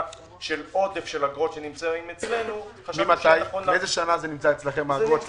של עודף של אגרות שנמצאות אצלנו --- מאיזו שנה האגרות